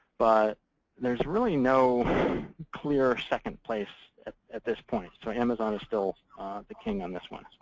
but there's really no clear second place at this point. so amazon still the king on this one.